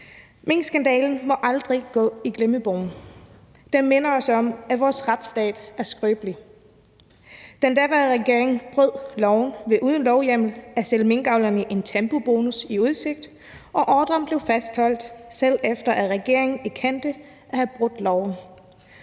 Minkskandalen må aldrig gå i glemmebogen. Den minder os om, at vores retsstat er skrøbelig. Den daværende regering brød loven ved uden lovhjemmel at sætte minkavlerne en tempobonus i udsigt, og ordren blev fastholdt, selv efter regeringen erkendte at have brudt loven.